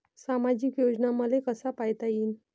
सामाजिक योजना मले कसा पायता येईन?